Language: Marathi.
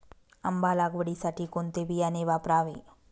आंबा लागवडीसाठी कोणते बियाणे वापरावे?